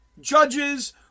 judges